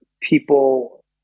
people